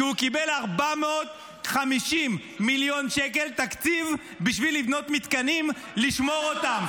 כי הוא קיבל 450 מיליון שקל תקציב בשביל לבנות מתקנים לשמור אותם.